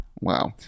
Wow